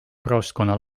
praostkonna